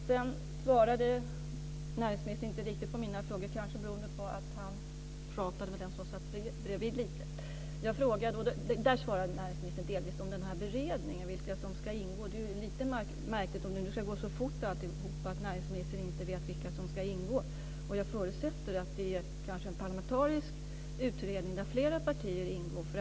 Sedan svarade näringsministern inte riktigt på mina frågor, kanske beroende på att han pratade lite med den som satt bredvid. Jag frågade, och där svarade näringsministern delvis, om den här beredningen och vilka som ska ingå i den. Det är ju lite märkligt om det nu ska gå så fort alltihop att näringsministern inte vet vilka som ska ingå. Jag förutsätter att det kanske är en parlamentarisk utredning där flera partier ingår.